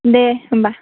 दे होमब्ला